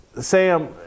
Sam